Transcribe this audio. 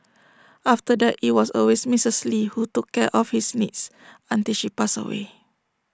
after that IT was always Missus lee who took care of his needs until she passed away